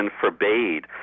forbade